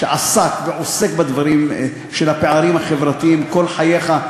כמי שעסק ועוסק בדברים של הפערים החברתיים כל חייך,